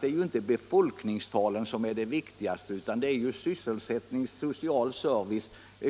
Det är ju inte befolkningstalet som är det viktigaste, utan sysselsättning, social och